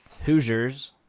Hoosiers